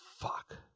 Fuck